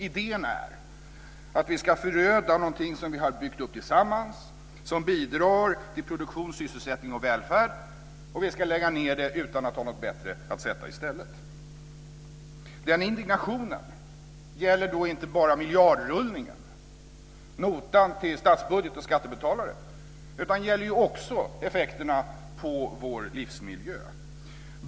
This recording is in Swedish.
Idén är att vi ska föröda någonting som vi har byggt upp tillsammans, som bidrar till produktion, sysselsättning och välfärd, och vi ska lägga ned här det utan att ha något bättre att sätta i stället. Den indignationen gäller då inte bara miljardrullningen, notan till statsbudget och skattebetalare, utan också effekterna på vår livsmiljö.